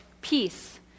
peace